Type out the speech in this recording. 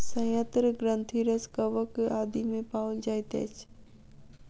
सयंत्र ग्रंथिरस कवक आदि मे पाओल जाइत अछि